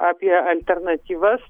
apie alternatyvas